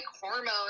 hormones